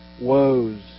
woes